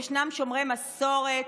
ישנם שומרי מסורת,